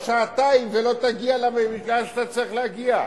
אתה תחכה בתור שעתיים ולא תגיע לאן שאתה צריך להגיע.